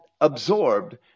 absorbed